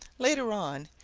later on,